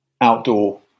outdoor